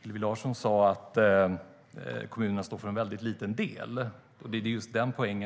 Hillevi Larsson sa att kommunerna står för en väldigt liten del. Det är just det som är poängen.